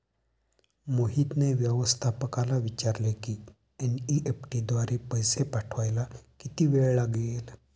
मोहितने व्यवस्थापकाला विचारले की एन.ई.एफ.टी द्वारे पैसे पाठवायला किती वेळ लागेल